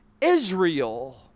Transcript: Israel